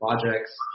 projects